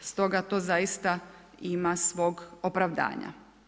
Stoga to zaista ima svog opravdanja.